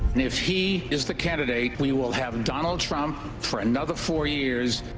if he is the candidate, we will have donald trump for another four years.